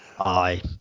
Aye